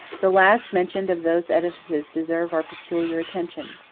the last mentioned of those edifices deserve our peculiar attention.